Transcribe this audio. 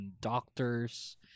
Doctors